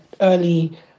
early